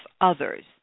others